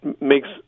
makes